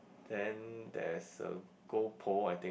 then there's a goal pole I think